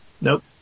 Nope